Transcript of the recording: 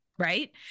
Right